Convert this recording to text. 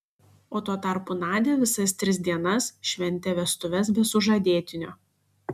o tuo tarpu nadia visas tris dienas šventė vestuves be sužadėtinio